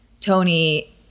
Tony